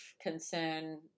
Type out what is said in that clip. concern